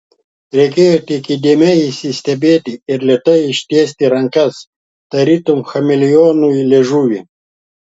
reikėjo tik įdėmiai įsistebėti ir lėtai ištiesti rankas tarytum chameleonui liežuvį